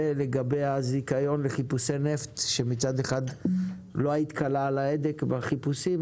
לגבי הזיכיון לחיפושי נפט שמצד אחד לא היית קלה על ההדק בחיפושים,